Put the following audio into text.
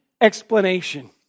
explanation